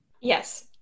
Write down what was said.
Yes